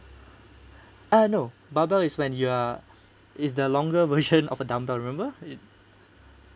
ah no barbell is when you are is the longer version of a dumbbell you remember it